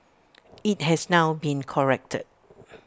IT has now been corrected